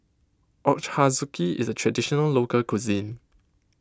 Ochazuke is a Traditional Local Cuisine